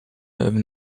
have